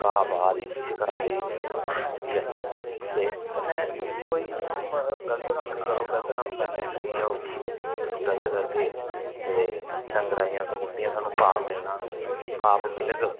घाह पा दे किश करा दे ठीक ऐ ते कन्नै कोई इ'यां गल्त कम्म नेईं करो गल्त कम्म करने कन्नै इ'यै होग कि गल्त करगे ते डंगरे दी उल्टियां सानूं पाप मिलना पाप मिलग